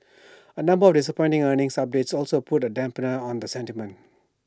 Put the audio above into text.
A number of disappointing earnings subjects also put A dampener on the sentiment